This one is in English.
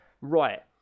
right